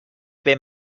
ben